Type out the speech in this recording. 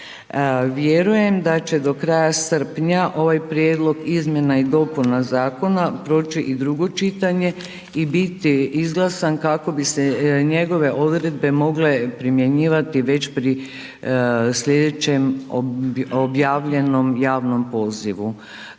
Vjerujem da će do kraja srpnja ovaj prijedlog izmjena i dopuna zakona proći i drugo čitanje i biti izglasan kako bi se njegove odredbe mogle primjenjivati već pri slijedećem objavljenom javnom pozivu.